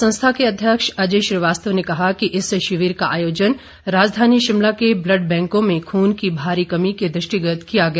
संस्था के अध्यक्ष अजय श्रीवास्तव ने कहा कि इस शिविर का आयोजन राजधानी शिमला के ब्लड बैंकों में खून की भारी कमी के दृष्टिगत किया गया